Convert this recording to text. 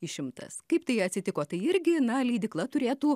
išimtas kaip tai atsitiko tai irgi na leidykla turėtų